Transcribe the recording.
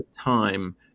time